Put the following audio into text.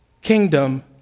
Kingdom